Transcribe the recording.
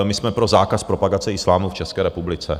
My jsme pro zákaz propagace islámu v České republice.